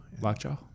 Lockjaw